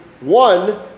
one